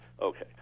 Okay